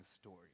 story